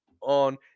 on